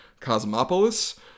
Cosmopolis